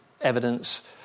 evidence